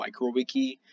Microwiki